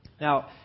Now